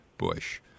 Bush